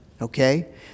okay